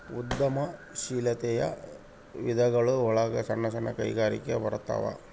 ಉದ್ಯಮ ಶೀಲಾತೆಯ ವಿಧಗಳು ಒಳಗ ಸಣ್ಣ ಸಣ್ಣ ಕೈಗಾರಿಕೆ ಬರತಾವ